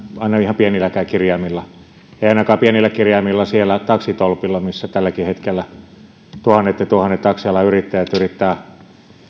aina ihan pienilläkään kirjaimilla ei ainakaan pienillä kirjaimilla siellä taksitolpilla missä tälläkin hetkellä tuhannet ja tuhannet taksialan yrittäjät yrittävät